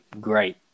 great